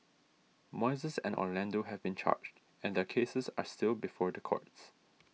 moises and Orlando have been charged and their cases are still before the courts